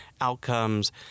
Outcomes